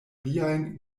liajn